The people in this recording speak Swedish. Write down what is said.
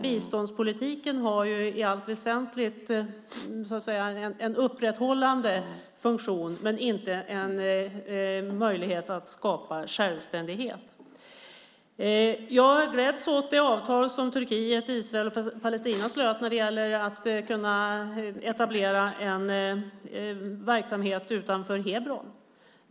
Biståndspolitiken har i allt väsentligt en upprätthållande funktion men inte möjlighet att skapa självständighet. Jag gläds åt det avtal som Turkiet, Israel och Palestina slöt när det gäller att kunna etablera en verksamhet utanför Hebron.